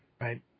right